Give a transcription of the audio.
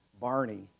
Barney